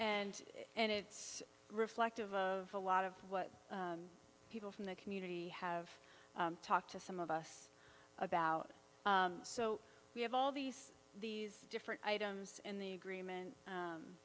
and and it's reflective of a lot of what people from the community have talked to some of us about so we have all these these different items and the agreement